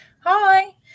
Hi